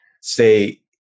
say